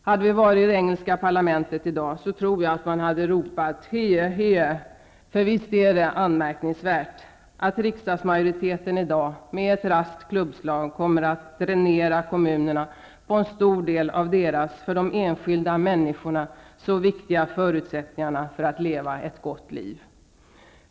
Hade vi varit i det engelska parlamentet i dag tror jag att man hade ropat hear, hear, för visst är det anmärkningsvärt att riksdagsmajoriteten i dag med ett raskt klubbslag kommer att dränera kommunerna på en stor del av deras för de enskilda människorna så viktiga förutsättningar för att leva ett gott liv.